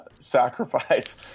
sacrifice